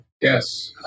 Yes